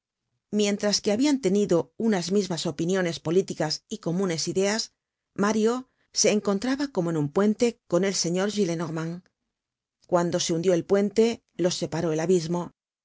mientras que habian tenido unas mismas opiniones políticas y comunes ideas mario se encontraba como en un puente con el señor gillenormand cuando se hundió el puente los separó el abismo